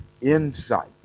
insight